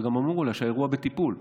גם אמרו לה שהאירוע בטיפול,